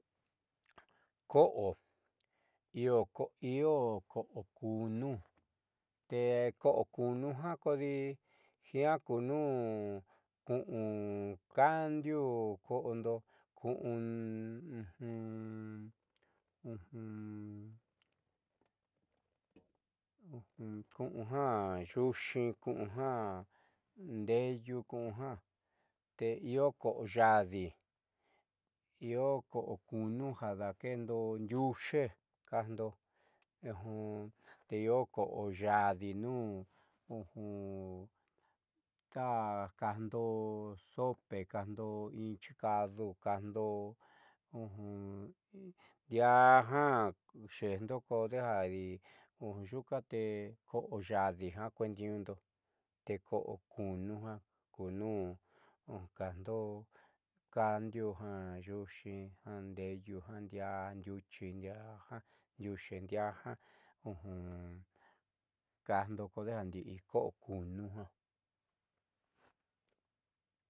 Ko'o io ko'o kuunu te ko'o kuunu kodi jiaa kunu ku'un kandiu ko'ondo ku'un ku'un yu'uxi ku'un ndeeyu ku'un jan io ko'o yaadi io ko'o kuunu ja dake'endo ndiuuxe kajndo te jo ko'o yaadi nuu ta kajndo sope kajndo in chikada kajndo ndiaá ja xeejndo kodejadi yuuka te ko'o yaadi ja kueetniiñu'undo te ko'o kuuno ja kuunuú kajndo kandio ja yuuxii ja ndeeyu ja ndiaa ndiuchi ndiaa ja ndiuxi ja diaa ja kajndo kodejadi ndi'i ko'o ku'unu jiaa.